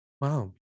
Wow